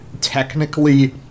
technically